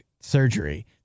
surgery